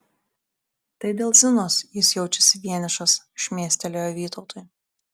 tai dėl zinos jis jaučiasi vienišas šmėstelėjo vytautui